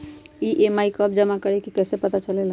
EMI कव जमा करेके हई कैसे पता चलेला?